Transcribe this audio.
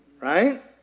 right